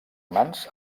mans